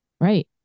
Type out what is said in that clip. Right